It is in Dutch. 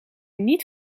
niet